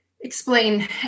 explain